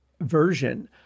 version